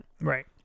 right